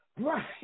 Right